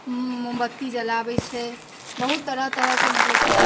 मोमबत्ती जलाबै छै बहुत तरह तरहके मतलब की